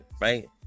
right